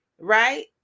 right